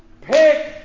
pick